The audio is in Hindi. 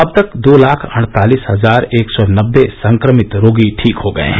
अब तक दो लाख अडतालिस हजार एक सौ नब्बे संक्रमित रोगी ठीक हो गये हैं